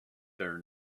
their